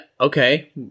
Okay